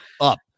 up